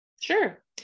Sure